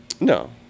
No